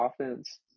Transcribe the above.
offense